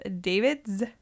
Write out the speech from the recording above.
Davids